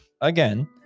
again